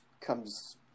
comes